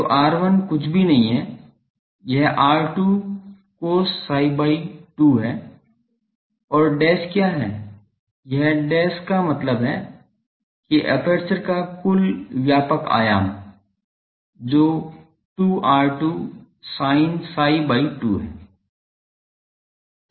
तो R1 कुछ भी नहीं है यह R2 cos psi by 2 है और डैश क्या है एक डैश का मतलब है कि एपर्चर का कुल व्यापक आयाम जो 2R2 sin psi by 2 है